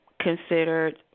considered